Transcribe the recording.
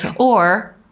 um or,